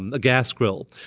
a gas grill.